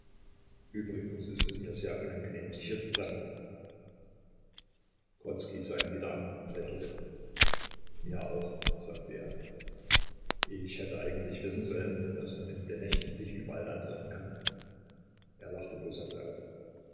übrigens ist es mir sehr unangenehm dich hier zu treffen grodzki sah ihn wieder an und lächelte mir auch sagte er ich hätte eigentlich wissen sollen daß man in den nächten dich überall antreffen kann er lachte boshaft auf